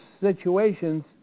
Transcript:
situations